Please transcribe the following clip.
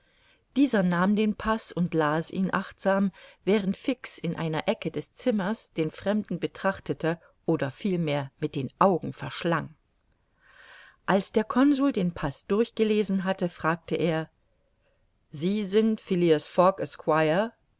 dieser nahm den paß und las ihn achtsam während fix in einer ecke des zimmers den fremden betrachtete oder vielmehr mit den augen verschlang als der consul den paß durchgelesen hatte fragte er sie sind